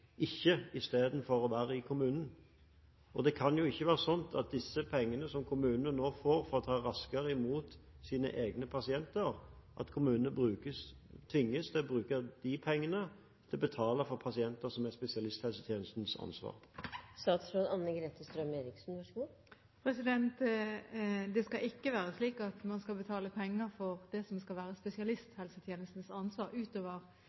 ikke istedenfor å være i kommunen. Det kan ikke være sånn at kommunene tvinges til å bruke de pengene som kommunene nå får for å ta raskere imot sine egne pasienter, til å betale for pasienter som er spesialisthelsetjenestens ansvar. Det skal ikke være slik at man skal betale penger for det som skal være spesialisthelsetjenestens ansvar, utover